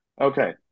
okay